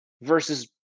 versus